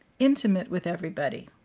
intimate with everybody.